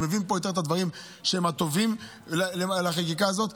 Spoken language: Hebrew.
אני מבין יותר את הדברים הטובים בחקיקה הזאת,